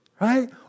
right